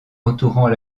entourant